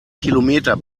kilometer